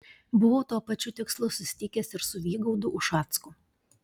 buvau tuo pačiu tikslu susitikęs ir su vygaudu ušacku